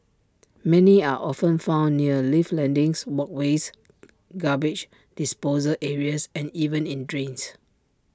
many are often found near lift landings walkways garbage disposal areas and even in drains